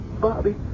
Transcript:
Bobby